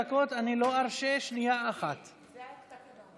ארשה שנייה אחת יותר,